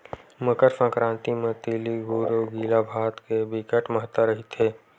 मकर संकरांति म तिली गुर अउ गिला भात के बिकट महत्ता रहिथे